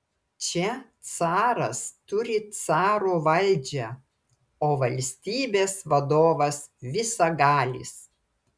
čia caras turi caro valdžią o valstybės vadovas visagalis